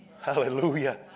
Hallelujah